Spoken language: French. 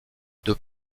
deux